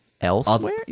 elsewhere